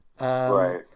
right